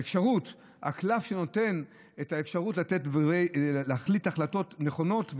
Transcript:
הקלף שנותן את האפשרות להחליט החלטות נכונות,